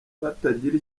batagira